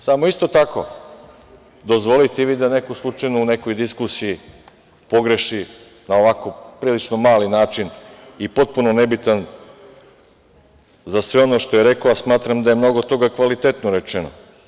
Samo, isto tako, dozvolite i vi da neko slučajno, u nekoj diskusiji, pogreši na ovako prilično mali način i potpuno nebitan za sve ono što je rekao, a smatram da je mnogo toga kvalitetno rečeno.